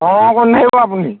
অঁ অঁ কৈ নাথাকিব আপুনি